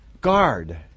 Guard